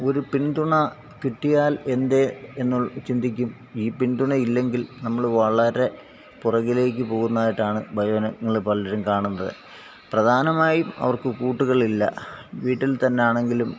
ഒരു പിന്തുണ കിട്ടിയാൽ എന്തേ എന്ന് ചിന്തിക്കും ഈ പിന്തുണ ഇല്ലെങ്കിൽ നമ്മള് വളരെ പുറകിലേക്ക് പോകുന്നതായിട്ടാണ് വയോജനങ്ങള് പലരും കാണുന്നത് പ്രധാനമായും അവർക്ക് കൂട്ടുകൾ ഇല്ല വീട്ടിൽ തന്നാണെങ്കിലും